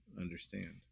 understand